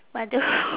but tho~